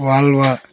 Volvo